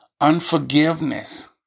unforgiveness